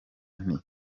nti